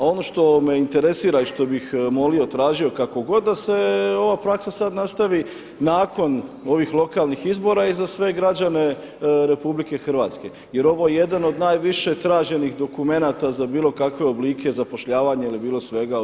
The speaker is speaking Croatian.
A ono što me interesira i što bih molio, tražio, kako god da se ova praksa sad nastavi nakon ovih lokalnih izbora i za sve građane RH jer ovo je jedan od najviše traženih dokumenta za bilo kakve oblike zapošljavanja ili bilo svega u RH.